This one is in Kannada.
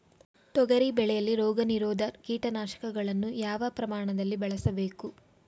ತೊಗರಿ ಬೆಳೆಯಲ್ಲಿ ರೋಗನಿರೋಧ ಕೀಟನಾಶಕಗಳನ್ನು ಯಾವ ಪ್ರಮಾಣದಲ್ಲಿ ಬಳಸಬೇಕು?